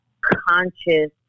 conscious